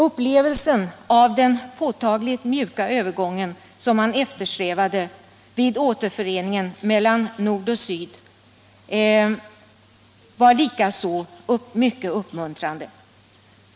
Upplevelsen av den påtagligt mjuka övergång som man eftersträvade vid återföreningen mellan Nord och Sydvietnam var likaså mycket uppmuntrande.